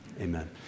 Amen